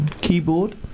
keyboard